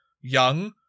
young